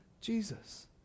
Jesus